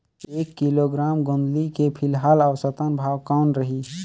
एक किलोग्राम गोंदली के फिलहाल औसतन भाव कौन रही?